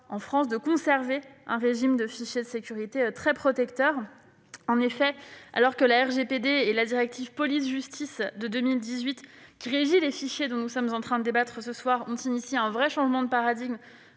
en France, de conserver un régime de fichiers de sécurité très protecteur. En effet, alors que le RGPD et la directive Police-Justice de 2018 régissant les fichiers dont nous débattons ce soir ont inauguré un vrai changement de paradigme,